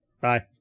Bye